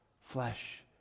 Flesh